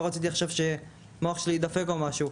לא רציתי שהמוח שלי יידפק או משהו.